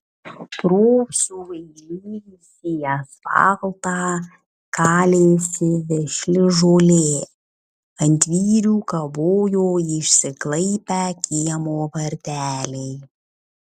pro sueižėjusį asfaltą kalėsi vešli žolė ant vyrių kabojo išsiklaipę kiemo varteliai